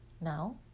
now